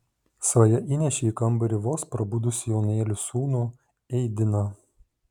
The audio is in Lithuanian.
svaja įnešė į kambarį vos prabudusį jaunėlį sūnų eidiną